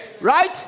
Right